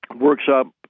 workshop